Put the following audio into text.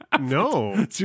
No